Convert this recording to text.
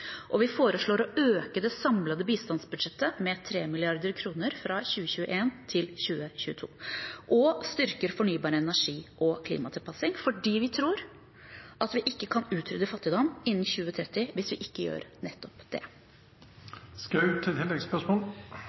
og vi foreslår å øke det samlede bistandsbudsjettet med 3 mrd. kr fra 2021 til 2022. Og vi styrker fornybar energi og klimatilpassing, fordi vi tror at vi ikke kan utrydde fattigdom innen 2030 hvis vi ikke gjør nettopp det.